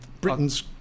Britain's